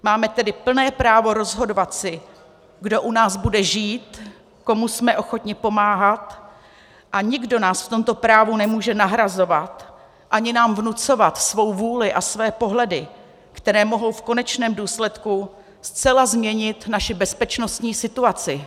Máme tedy plné právo rozhodovat si, kdo u nás bude žít, komu jsme ochotni pomáhat, a nikdo nás v tomto právu nemůže nahrazovat ani nám vnucovat svou vůli a své pohledy, které mohou v konečném důsledku zcela změnit naši bezpečnostní situaci.